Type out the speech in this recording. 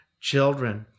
children